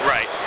Right